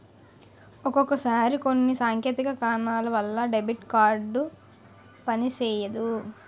ఒక్కొక్కసారి కొన్ని సాంకేతిక కారణాల వలన డెబిట్ కార్డు పనిసెయ్యదు